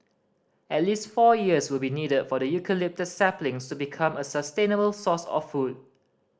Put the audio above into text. at least four years will be needed for the eucalyptus saplings to become a sustainable source of food